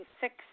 six